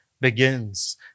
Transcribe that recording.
begins